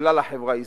וכלל החברה הישראלית.